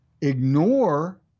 ignore